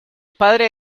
padre